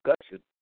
discussion